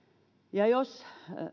ja jos